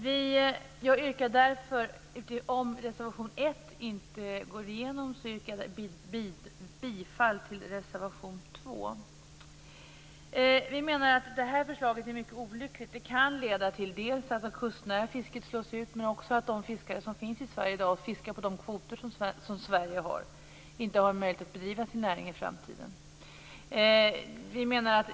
Om reservation 1 inte går igenom yrkar jag bifall till reservation 2. Vi menar att detta förslag är mycket olyckligt. Det kan leda dels till att det kustnära fisket slås ut, dels till att de fiskare som finns i Sverige i dag och fiskar på de kvoter som Sverige har inte har möjlighet att bedriva sin näring i framtiden.